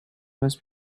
must